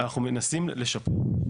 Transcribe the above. אנחנו מנסים לשפר את זה,